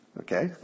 Okay